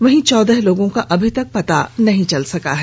वहीं चौदह लोगों का अभी भी पता नहीं चल पाया है